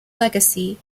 legacy